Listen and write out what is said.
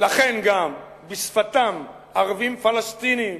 ולכן גם בשפתם ערבים-פלסטינים.